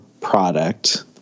product